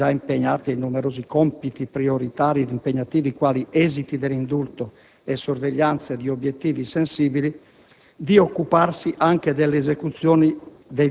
(già impegnate in numerosi compiti prioritari di impegni quali esiti dell'indulto e sorveglianza di obiettivi sensibili) di occuparsi anche delle esecuzioni